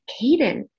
Caden